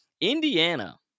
Indiana